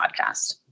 podcast